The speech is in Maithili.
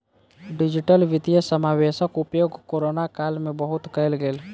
डिजिटल वित्तीय समावेशक उपयोग कोरोना काल में बहुत कयल गेल